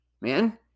Man